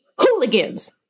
Hooligans